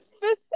fifth